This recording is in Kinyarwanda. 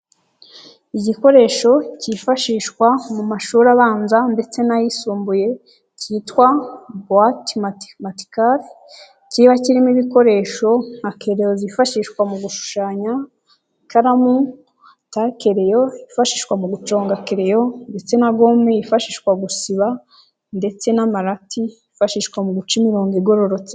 Igikoresho cyifashishwa mu mashuri abanza ndetse n'ayisumbuye cyitwa buwati matimatikari, kiba kirimo ibikoresho nka kereyo zifashishwa mu gushushanya, ikaramu, takereyo yifashishwa mu guconga kereyo ndetse na gome yifashishwa gusiba ndetse n'amarati yifashishwa mu guca imirongo igororotse.